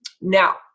Now